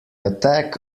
attack